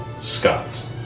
Scott